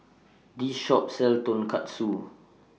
This Shop sells Tonkatsu